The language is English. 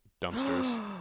dumpsters